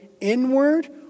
inward